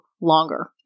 longer